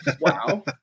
Wow